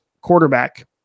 quarterback